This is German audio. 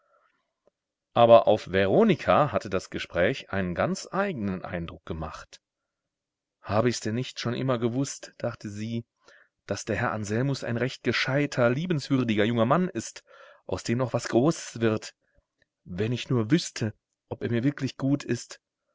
aber auf veronika hatte das gespräch einen ganz eignen eindruck gemacht habe ich's denn nicht schon immer gewußt dachte sie daß der herr anselmus ein recht gescheiter liebenswürdiger junger mann ist aus dem noch was großes wird wenn ich nur wüßte ob er mir wirklich gut ist